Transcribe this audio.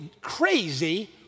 crazy